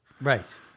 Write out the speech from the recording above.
right